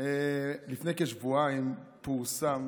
לפני כשבועיים פורסם